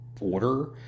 order